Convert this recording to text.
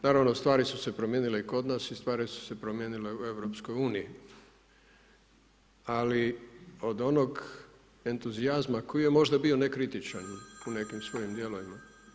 Naravno stvari su se promijenile i kod nas i stvari su se promijenile u EU ali od onog entuzijazma koji je možda bio nekritičan u nekim svojim dijelovima.